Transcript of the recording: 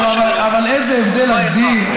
לא, אבל איזה הבדל אדיר.